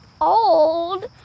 old